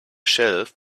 shelf